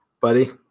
Buddy